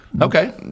Okay